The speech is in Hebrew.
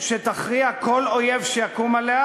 שתכריע כל אויב שיקום עליה,